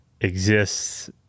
exists